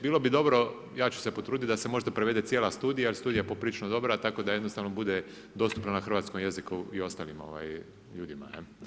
Bilo bi dobro, ja ću se potruditi da se možda prevede cijela studija, jel studija je poprilično dobra tako da bude dostupna na hrvatskom jeziku i ostalim ljudima.